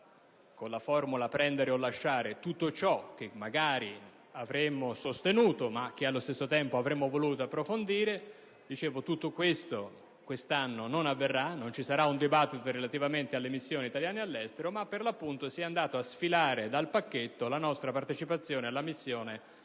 con la formula prendere o lasciare, tutto ciò che magari avremmo sostenuto ma che allo stesso tempo avremmo voluto approfondire. Quest'anno tutto ciò non avverrà e non sarà possibile avere un dibattito sulle missioni italiane all'estero ma, per l'appunto, è stata sfilata dal pacchetto la nostra partecipazione alla missione